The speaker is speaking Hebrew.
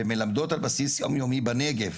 ומלמדות על בסיס יום יומי בנגב.